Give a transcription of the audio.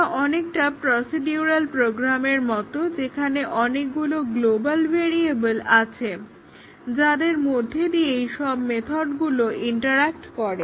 এটা অনেকটা প্রসিডিওরাল প্রোগ্রামের মতো যেখানে অনেকগুলো গ্লোবাল ভ্যারিয়েবল্ আছে যাদের মধ্য দিয়েই সব মেথডগুলো ইন্টারআ্যক্ট করে